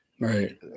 right